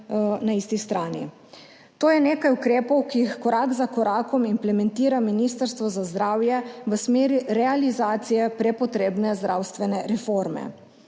na isti strani. To je nekaj ukrepov, ki jih korak za korakom implementira Ministrstvo za zdravje v smeri realizacije prepotrebne zdravstvene reforme.